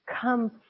come